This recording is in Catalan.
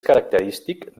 característic